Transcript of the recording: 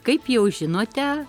kaip jau žinote